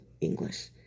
English